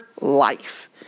life